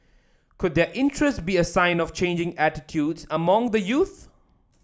could their interest be a sign of changing attitudes among the youth